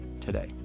today